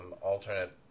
alternate